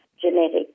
genetic